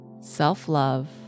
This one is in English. self-love